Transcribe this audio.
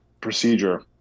procedure